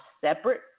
separate